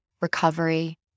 recovery